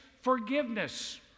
forgiveness